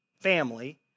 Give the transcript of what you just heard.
family